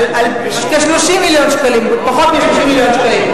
על כ-30 מיליון שקלים, פחות מ-30 מיליון שקלים.